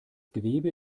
gewebe